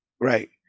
right